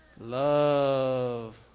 Love